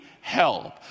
help